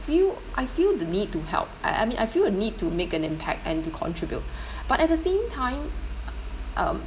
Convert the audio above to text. feel I feel the need to help I I mean I feel a need to make an impact and to contribute but at the same time um